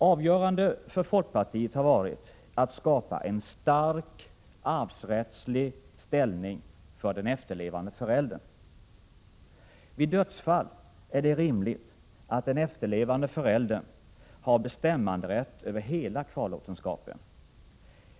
Avgörande för folkpartiet har varit att skapa en stark arvsrättslig ställning för den efterlevande föräldern. Vid dödsfall är det rimligt att den efterlevande föräldern har bestämmanderätt över hela kvarlåtenskapen.